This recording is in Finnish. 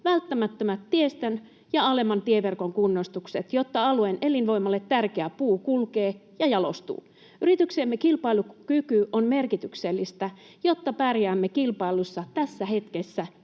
välttämättömät tiestön ja alemman tieverkon kunnostukset, jotta alueen elinvoimalle tärkeä puu kulkee ja jalostuu. Yrityksiemme kilpailukyky on merkityksellistä, jotta pärjäämme kilpailussa tässä hetkessä